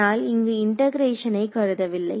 ஆனால் இங்கு இன்டகரேஷனை கருதவில்லை